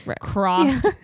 cross